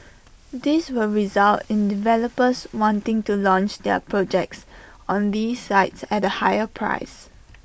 this will result in developers wanting to launch their projects on these sites at higher prices